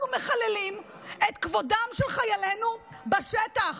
אנחנו מחללים את כבודם של חיילינו בשטח.